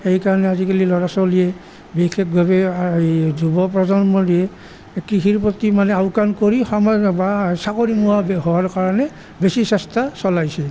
সেই কাৰণে আজিকালি ল'ৰা ছোৱালীয়ে বিশেষভাৱে যুৱ প্ৰজন্মৰে কৃষিৰ প্ৰতি মানে আওঁকাণ কৰি সমাজ বা চাকৰিমুৱা হোৱাৰ কাৰণে বেছি চেষ্টা চলাইছে